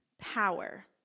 power